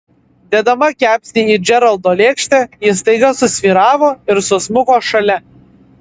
dėdama kepsnį į džeraldo lėkštę ji staiga susvyravo ir susmuko šalia